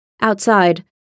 Outside